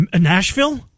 Nashville